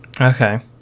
Okay